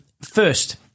first